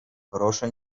proszę